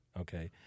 okay